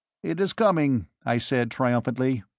it is coming, i said, triumphantly.